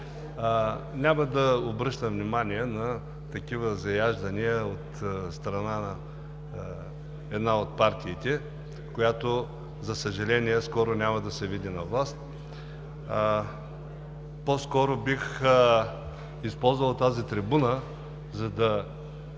Няма да обръщам внимание на такива заяждания от страна на една от партиите, която, за съжаление, скоро няма да се види на власт. По-скоро бих използвал тази трибуна, за да